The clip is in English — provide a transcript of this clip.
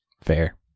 Fair